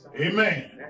Amen